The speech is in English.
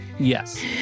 Yes